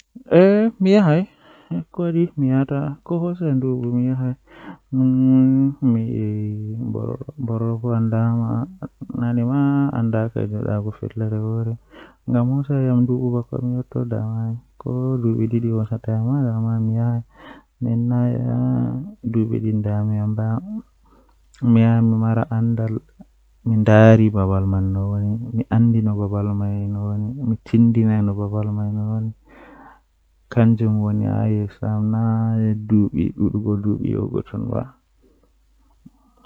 Ceede ɗon sooda seyo masin Ko wonaa ɗum feewi, tawa to no ɓuri fayde e miijeele ndiyam tawa e gollal wootere, kono ɓeɗɗo tigi fuɗɗi ko waɗi faaɗi ɓe neɗɗo. Ɗum waɗi e ndiyam ngal, ko e jeyaaɗe beɓɓe e fowru, kono ko ngoodi fowruɗi. Ɓe ɓuri semtaade hay si tawii njahaange, ɗum waɗi maaɓɓe e ɓe heddii heeɓere jokkude.